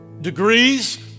degrees